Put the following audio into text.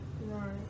Right